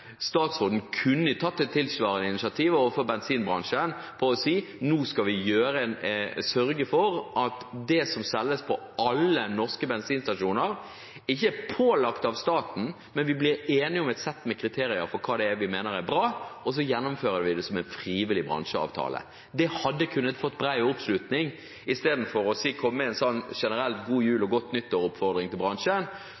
Statsråden kunne tatt et tilsvarende initiativ overfor bensinbransjen ved å si: Nå skal vi sørge for at det som selges på alle norske bensinstasjoner, ikke er pålagt av staten, men vi blir enige om et sett med kriterier for hva vi mener er bra, og så gjennomfører vi det som en frivillig bransjeavtale. Det hadde kunnet få bred oppslutning, istedenfor å komme med en sånn